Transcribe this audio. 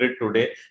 today